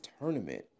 tournament